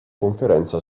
conferenza